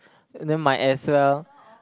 then might as well